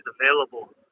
available